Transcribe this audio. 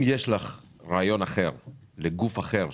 אם יש לך רעיון אחר לגוף אחר,